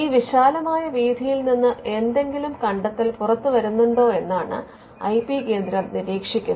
ഈ വിശാലമായ വീഥിയിൽ നിന്ന് എന്തെങ്കിലും കണ്ടെത്തൽ പുറത്തുവരുന്നുണ്ടോ എന്നാണ് ഐ പി കേന്ദ്രം നിരീക്ഷിക്കുന്നത്